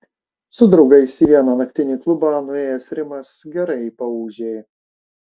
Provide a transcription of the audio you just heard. su draugais į vieną naktinį klubą nuėjęs rimas gerai paūžė